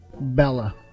Bella